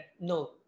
no